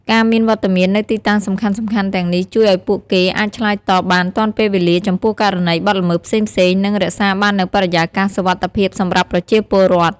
ការមានវត្តមាននៅទីតាំងសំខាន់ៗទាំងនេះជួយឲ្យពួកគេអាចឆ្លើយតបបានទាន់ពេលវេលាចំពោះករណីបទល្មើសផ្សេងៗ និងរក្សាបាននូវបរិយាកាសសុវត្ថិភាពសម្រាប់ប្រជាពលរដ្ឋ។